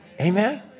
Amen